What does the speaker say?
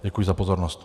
Děkuji za pozornost.